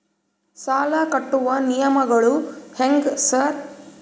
ಸಾಲ ಕಟ್ಟುವ ನಿಯಮಗಳು ಹ್ಯಾಂಗ್ ಸಾರ್?